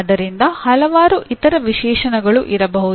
ಆದ್ದರಿಂದ ಹಲವಾರು ಇತರ ವಿಶೇಷಣಗಳು ಇರಬಹುದು